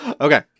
Okay